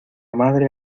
madre